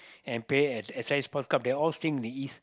and play as S I sports cup they all stay in the East